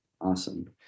awesome